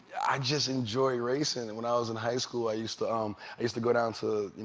i just enjoy racing. and when i was in high school, i used to um used to go down to, you